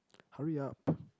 hurry up